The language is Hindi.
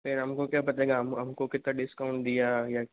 फिर हम को क्या पता कि हम को कितना डिस्काउंट दिया या